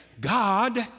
God